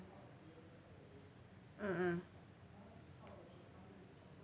mm mm